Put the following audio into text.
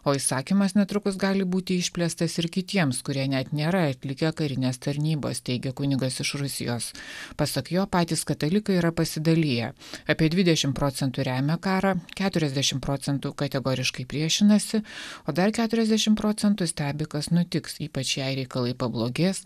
o įsakymas netrukus gali būti išplėstas ir kitiems kurie net nėra atlikę karinės tarnybos teigia kunigas iš rusijos pasak jo patys katalikai yra pasidaliję apie dvidešim procentų remia karą keturiasdešim procentų kategoriškai priešinasi o dar keturiasdešim procentų stebi kas nutiks ypač jei reikalai pablogės